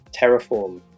Terraform